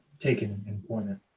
taken employment.